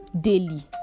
daily